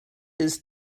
his